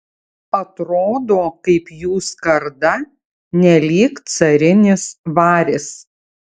atrodo kaip jų skarda nelyg carinis varis